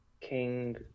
King